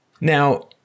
Now